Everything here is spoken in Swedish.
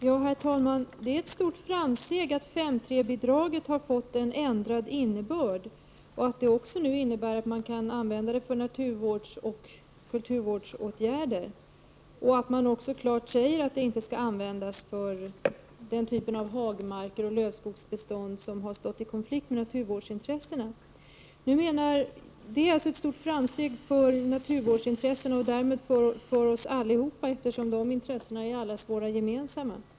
Herr talman! Det är ett stort framsteg att 5:3-bidraget har fått en ändrad innebörd, så att det kan användas för naturvårdsoch kulturvårdsåtgärder och att det klart sägs att det inte skall användas i hagmarker och lövskogsbestånd på ett sätt som står i konflikt med naturvårdsintressena. Det är ett stort framsteg för naturvårdsintressena och därmed för oss allihop, eftersom de intressena är allas våra gemensamma.